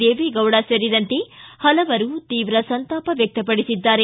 ದೇವೇಗೌಡ ಸೇರಿದಂತೆ ಪಲವರು ತೀವ್ರ ಸಂತಾಪ ವ್ಯಕ್ತಪಡಿಸಿದ್ದಾರೆ